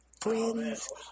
friends